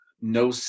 no